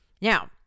Now